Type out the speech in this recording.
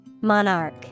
Monarch